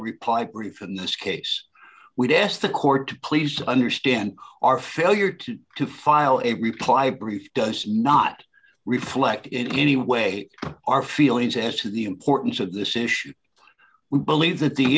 reply brief in this case we did ask the court to please understand our failure to to file a reply brief does not reflect in any way our feelings as to the importance of this issue we believe that the